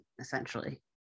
essentially